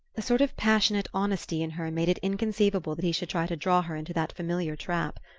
a sort of passionate honesty in her made it inconceivable that he should try to draw her into that familiar trap.